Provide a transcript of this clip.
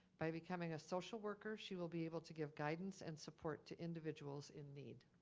by becoming a social worker, she will be able to give guidance and support to individuals in need.